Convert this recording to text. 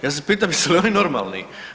Ja se pitam jesu li oni normalni?